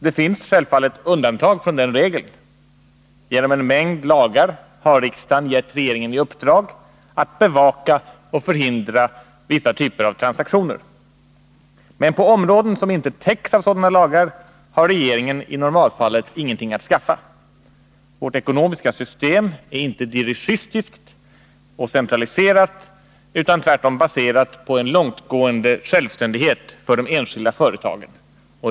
Det finns självfallet undantag från den regeln. Genom en mängd lagar har riksdagen gett regeringen i uppdrag att bevaka och förhindra vissa typer av transaktioner. Men på områden som inte täcks av sådana lagar har regeringen i normalfallet ingenting att skaffa. Vårt ekonomiska system är inte dirigistiskt och centraliserat utan tvärtom baserat på en långtgående självständighet för de enskilda företagen.